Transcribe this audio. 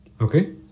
okay